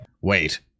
Wait